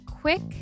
quick